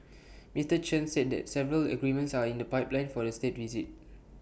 Mister Chen said that several agreements are in the pipeline for the State Visit